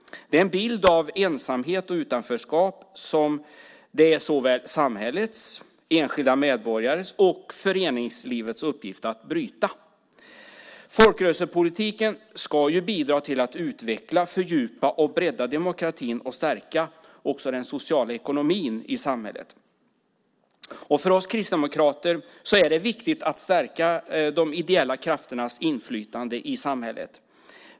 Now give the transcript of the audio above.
Det är en bild av ensamhet och utanförskap som det är såväl samhällets som enskilda medborgares och föreningslivets uppgift att bryta. Folkrörelsepolitiken ska bidra till att utveckla, fördjupa och bredda demokratin och stärka den sociala ekonomin i samhället. För oss kristdemokrater är det viktigt att stärka de ideella krafternas inflytande i samhället.